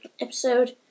episode